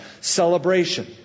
celebration